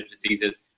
diseases